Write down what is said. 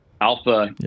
alpha